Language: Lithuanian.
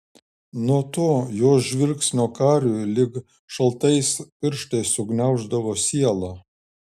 nuo to jos žvilgsnio kariui lyg šaltais pirštais sugniauždavo sielą